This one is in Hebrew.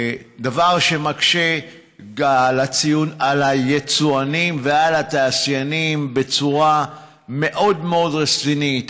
דבר שמקשה על היצואנים ועל התעשיינים בצורה מאוד-מאוד רצינית,